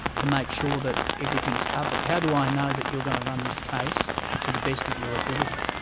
to make sure that everything's covered. how do i know that you're going to run this case to the best of your ability?